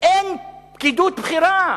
שאין פקידות בכירה,